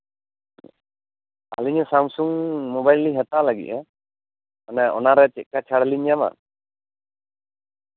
ᱟᱹᱞᱤᱧ ᱫᱚ Samsung mobile ᱞᱤᱧ ᱦᱟᱛᱟᱣ ᱞᱟᱹᱜᱤᱫᱼᱟ ᱚᱱᱟᱨᱮ ᱪᱮᱫᱞᱮᱠᱟ ᱪᱷᱟᱲ ᱞᱤᱧ ᱧᱟᱢᱟ